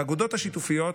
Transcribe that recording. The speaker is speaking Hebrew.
באגודות השיתופיות,